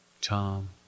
Tom